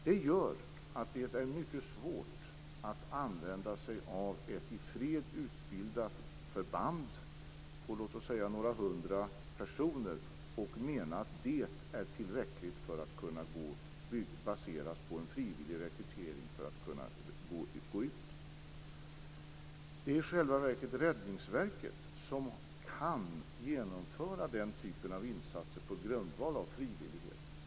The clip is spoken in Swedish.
Det gör att det är mycket svårt att använda sig av ett i fred utbildat förband på låt oss säga några hundra personer och mena att detta är tillräckligt som bas för rekrytering av frivillig personal som vill åka ut. Det är i själva verket Räddningsverket som kan genomföra den typen av insatser på grundval av frivillighet.